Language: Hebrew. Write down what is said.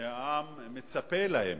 שהעם מצפה להן.